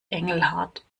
engelhart